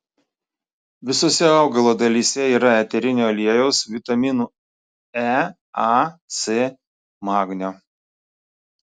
visose augalo dalyse yra eterinio aliejaus vitaminų e a c magnio